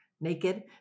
naked